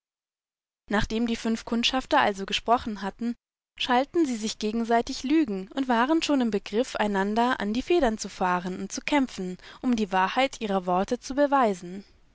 nachdem die fünf kundschafter also gesprochen hatten schalten sie sich gegenseitig lügen und waren schon im begriff einander in die federn zu fahren und zu kämpfen um die wahrheit ihrer worte zu beweisen